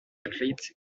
athlete